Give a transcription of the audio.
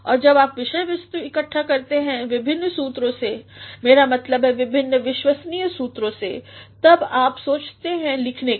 और जब आप विषय वस्तुइकठ्ठा करते हैं विभिन्न सूत्रों से मेरा मतलब विभिन्न विश्वसनीय सूत्रों से तब आप सोचते हैं लिखने का